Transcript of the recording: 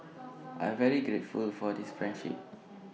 I'm very grateful for this friendship